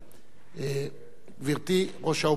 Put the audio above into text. גברתי ראש האופוזיציה,